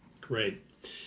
Great